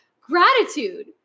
gratitude